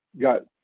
got